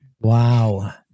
Wow